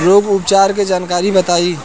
रोग उपचार के जानकारी बताई?